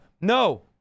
No